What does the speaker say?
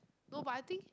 no but I think